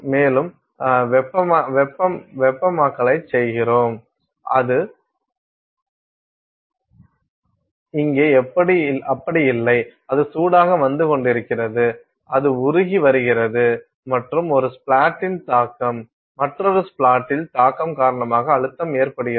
மேலும் வெப்பமாக்கலைச் செய்கிறோம் அது இங்கே அப்படி இல்லை அது சூடாக வந்து கொண்டிருக்கிறது அது உருகி வருகிறது மற்றும் ஒரு ஸ்ப்ளாட்டின் தாக்கம் மற்றொரு ஸ்ப்ளாட்டில் தாக்கம் காரணமாக அழுத்தம் ஏற்படுகிறது